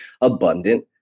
abundant